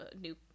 new